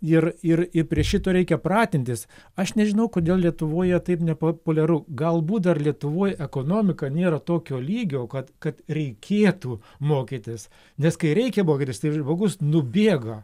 ir ir ir prie šito reikia pratintis aš nežinau kodėl lietuvoje taip nepopuliaru galbūt dar lietuvoj ekonomika nėra tokio lygio kad kad reikėtų mokytis nes kai reikia mokytis tai žmogus nubėga